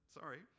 sorry